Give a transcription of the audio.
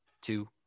two